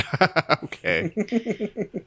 Okay